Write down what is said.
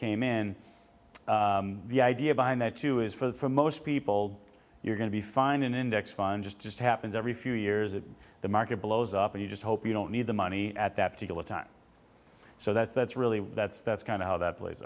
came in the idea behind that too is for most people you're going to be fine an index fund just just happens every few years that the market blows up and you just hope you don't need the money at that particular time so that's that's really that's that's kind of how that plays